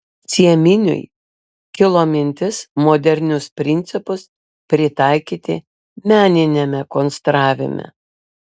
cieminiui kilo mintis modernius principus pritaikyti meniniame konstravime